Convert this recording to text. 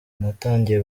natangiye